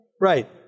Right